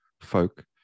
folk